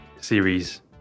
series